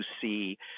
see